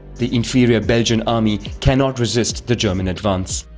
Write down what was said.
the inferior belgian army cannot resist the german advance.